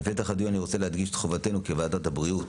בפתח הדיון אני רוצה להדגיש את חובתנו כוועדת הבריאות